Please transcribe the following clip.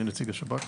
אני נציג השב"כ.